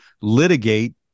litigate